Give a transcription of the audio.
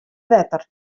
wetter